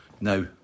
now